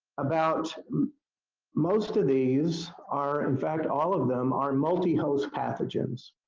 about most of these are, in fact, all of them are multi-host pathogens.